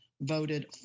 voted